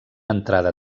entrada